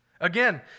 Again